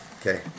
Okay